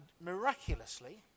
miraculously